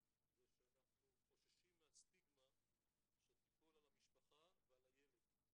זה שאנחנו חוששים מהסטיגמה שתיפול על המשפחה ועל הילד,